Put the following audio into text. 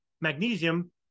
magnesium